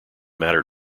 matter